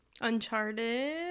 Uncharted